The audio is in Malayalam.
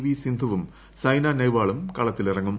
വി സിന്ധുവും സൈന നെഹ്വാളും കളത്തിലിറങ്ങും